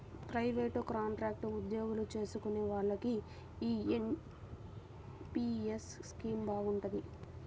private, contract ఉద్యోగాలు చేసుకునే వాళ్లకి యీ ఎన్.పి.యస్ స్కీమ్ బాగుంటది